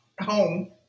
home